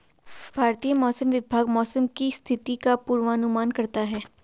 भारतीय मौसम विभाग मौसम की स्थिति का पूर्वानुमान करता है